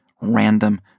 random